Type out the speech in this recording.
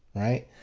right?